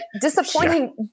disappointing